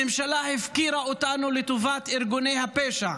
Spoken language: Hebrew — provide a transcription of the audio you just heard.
הממשלה הפקירה אותנו לטובת ארגוני הפשע.